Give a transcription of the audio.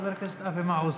של חבר הכנסת אבי מעוז,